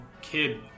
kid